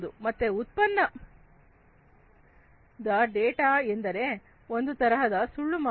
ಮತ್ತೆ ಉತ್ಪನ್ನದ ಡೇಟಾ ಎಂದರೆ ಒಂದು ತರಹದ ಸುಳ್ಳು ಮಾಹಿತಿ